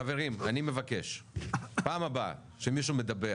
חברים, אני מבקש, בפעם הבאה שמישהו מדבר